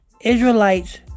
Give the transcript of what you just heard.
Israelites